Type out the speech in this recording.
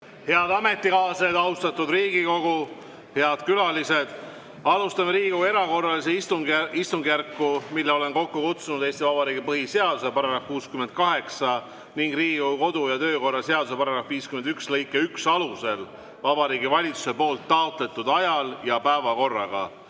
Head ametikaaslased, austatud Riigikogu! Head külalised! Alustame Riigikogu erakorralist istungjärku, mille olen kokku kutsunud Eesti Vabariigi põhiseaduse § 68 ning Riigikogu kodu- ja töökorra seaduse § 51 lõike 1 alusel Vabariigi Valitsuse taotletud ajal ja päevakorraga.